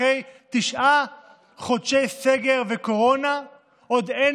אחרי תשעה חודשי סגר וקורונה עדיין